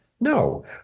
No